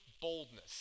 boldness